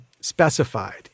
specified